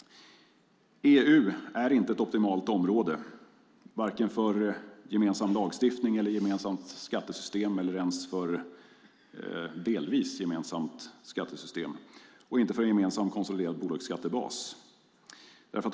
EU är inte ett optimalt område varken för en gemensam lagstiftning eller för ett gemensamt skattesystem, eller ens för ett delvis gemensamt skattesystem, och inte heller för en gemensamt konsoliderad bolagsskattebas.